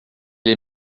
les